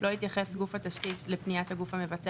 לא יתייחס גוף התשתית לפניית הגוף המבצע